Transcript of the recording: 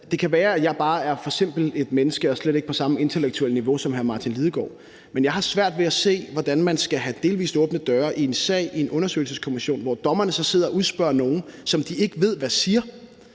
Det kan være, at jeg bare er for simpelt et menneske og slet ikke er på samme intellektuelle niveau som hr. Martin Lidegaard, men jeg har svært ved at se, hvordan man skal have delvis åbne døre i en sag i en undersøgelseskommission, hvor dommerne så sidder og udspørger nogle, som de ikke ved hvad siger.